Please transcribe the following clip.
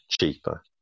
cheaper